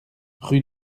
rue